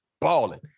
balling